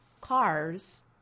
cars